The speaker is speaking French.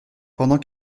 pendant